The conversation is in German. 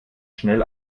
schnell